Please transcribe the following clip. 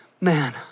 Man